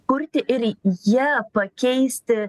kurti ir ja pakeisti